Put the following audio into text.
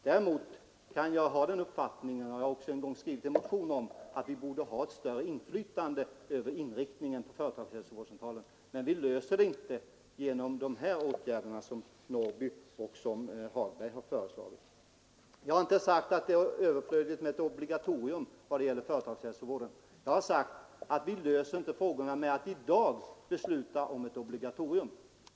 Däremot har jag uppfattningen — det har jag också en gång skrivit en motion om — att vi bör ha ett större inflytande över inriktningen på företagshälsovården, men det åstadkommer vi inte genom de åtgärder som herrar Norrby och Hagberg föreslagit. Jag har inte sagt att det är överflödigt med ett obligatorium i fråga om företagshälsovård, utan jag har sagt att vi inte löser frågorna genom att i dag besluta om ett obligatorium.